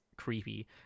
creepy